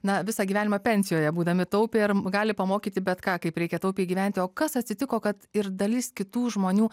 na visą gyvenimą pensijoje būdami taupė ir gali pamokyti bet ką kaip reikia taupiai gyventi o kas atsitiko kad ir dalis kitų žmonių